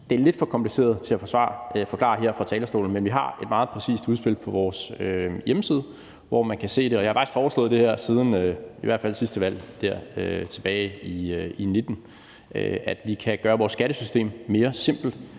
Det er lidt for kompliceret at forklare her fra talerstolen, men vi har et meget præcist udspil på vores hjemmeside, hvor man kan se det. Jeg har faktisk foreslået det her i hvert fald siden sidste valg, tilbage i 2019, altså at vi kan gøre vores skattesystem mere simpelt